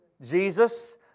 Jesus